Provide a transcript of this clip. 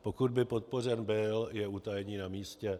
Pokud by podpořen byl, je utajení namístě.